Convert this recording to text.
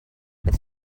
bydd